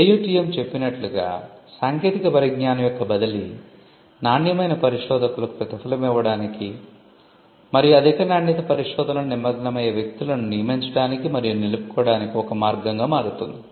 AUTM చెప్పినట్లుగా సాంకేతిక పరిజ్ఞానం యొక్క బదిలీ నాణ్యమైన పరిశోధకులకు ప్రతిఫలమివ్వడానికి మరియు అధిక నాణ్యత పరిశోధనలో నిమగ్నమయ్యే వ్యక్తులను నియమించడానికి మరియు నిలుపుకోవటానికి ఒక మార్గంగా మారుతుంది